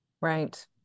Right